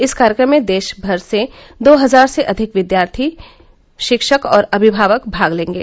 इस कार्यक्रम में देशभर से दो हजार से अधिक विद्यार्थी शिक्षक और अभिभावक भाग लेंगे